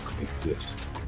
exist